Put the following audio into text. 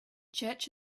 church